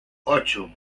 ocho